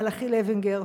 מלאכי לוינגר,